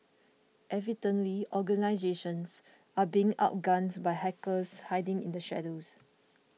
evidently organisations are being outgunned by hackers hiding in the shadows